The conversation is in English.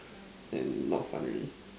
and not fun already